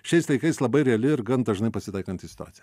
šiais laikais labai reali ir gan dažnai pasitaikanti situacija